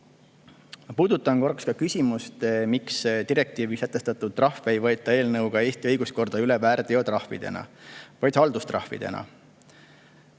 Puudutan korraks ka küsimust, miks direktiivis sätestatud trahve ei võeta eelnõuga Eesti õiguskorda üle väärteotrahvidena, vaid haldustrahvidena.